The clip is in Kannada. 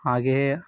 ಹಾಗೆಯೇ